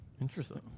Interesting